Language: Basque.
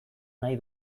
nahi